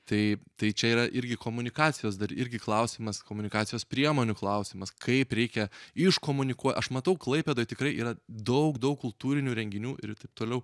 tai tai čia yra irgi komunikacijos dar irgi klausimas komunikacijos priemonių klausimas kaip reikia iškomunikuo aš matau klaipėdoj tikrai yra daug daug kultūrinių renginių ir taip toliau